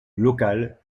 local